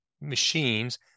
machines